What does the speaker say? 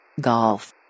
Golf